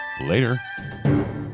Later